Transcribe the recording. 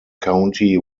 county